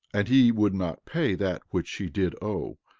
and he would not pay that which he did owe,